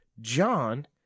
John